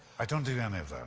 i don't do any of